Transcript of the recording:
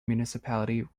municipality